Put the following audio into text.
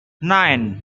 nine